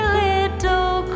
little